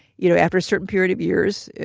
you know after a certain period of years,